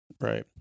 Right